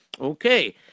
Okay